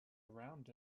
around